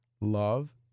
love